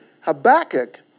Habakkuk